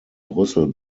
brüssel